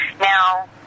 Now